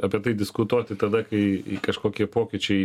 apie tai diskutuoti tada kai kažkokie pokyčiai